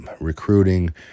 recruiting